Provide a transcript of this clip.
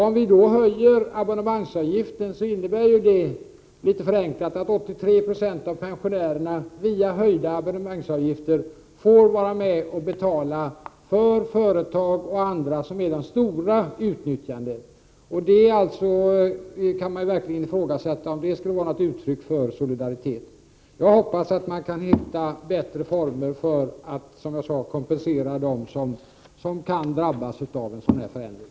Om vi då höjer abonnemangsavgiften innebär det litet förenklat uttryckt att 83 70 av pensionärerna via dessa höjda abonnemangsavgifter får vara med och betala för företag och andra, som är de stora användarna — och man kan verkligen ifrågasätta om det skulle vara något uttryck för solidaritet. Jag hoppas som sagt att man kan hitta bättre former för att kompensera dem som kan drabbas av en sådan här förändring.